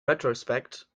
retrospect